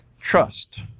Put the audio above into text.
trust